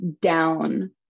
down